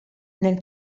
nel